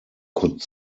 could